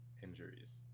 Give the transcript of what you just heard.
injuries